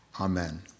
Amen